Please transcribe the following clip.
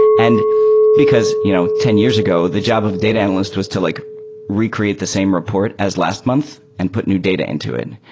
and because you know ten years ago the job of data analysts was to like re-create the same report as last month and put new data into it.